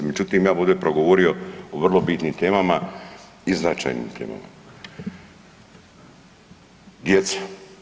Međutim, ja bih ovdje progovorio o vrlo bitnim temama i značajnim temama, djece.